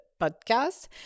podcast